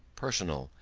personal,